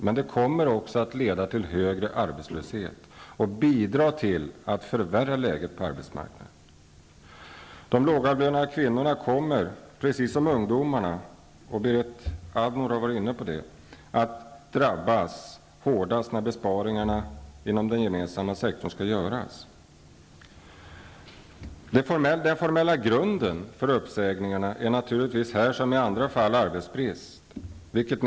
Men det här kommer också att leda till en högre arbetslöshet och bidra till ett förvärrat läge på arbetsmarknaden. Lågavlönade kvinnor -- Berit Andnor var inne på den frågan -- kommer, liksom ungdomarna, att vara de som hårdast drabbas när besparingarna inom den gemensamma sektorn skall göras. Den formella grunden för uppsägningarna är här, liksom i andra fall, naturligtvis bristen på arbeten.